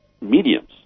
Mediums